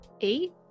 eight